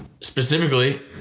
specifically